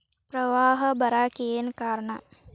ಪ್ರವಾಹ ಬರಾಕ್ ಏನ್ ಕಾರಣ?